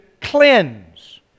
cleanse